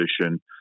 position